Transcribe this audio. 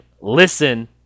listen